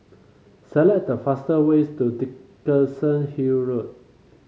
select the fastest ways to Dickenson Hill Road